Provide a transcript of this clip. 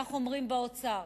כך אומרים באוצר,